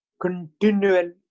continual